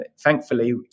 thankfully